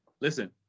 listen